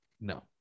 No